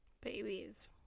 babies